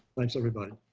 thanks everybody.